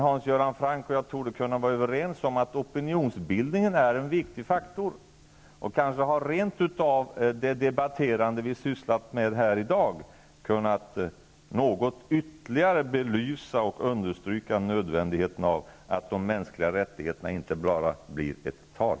Hans Göran Franck och jag torde kunna vara överens om att opinionsbildningen är en viktig faktor. Det debatterande vi har sysslat med här i dag har kanske rent av något ytterligare kunnat belysa och understryka nödvändigheten av att talet om de mänskliga rättigheterna inte bara blir ett tal.